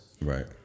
Right